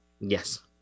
yes